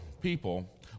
people